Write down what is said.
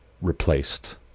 replaced